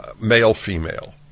male-female